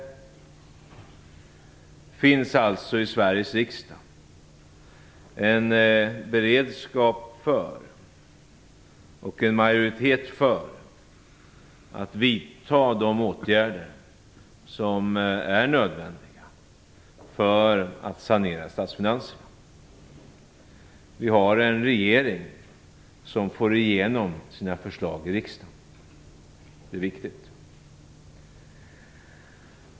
Det finns alltså i Sveriges riksdag en beredskap och en majoritet för att vidta de åtgärder som är nödvändiga för att sanera statsfinanserna. Vi har en regering som får igenom sina förslag i riksdagen. Det är viktigt.